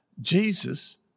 Jesus